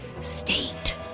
state